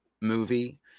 movie